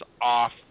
off